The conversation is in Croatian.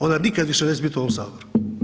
Onda nikad više neću biti u ovom Saboru.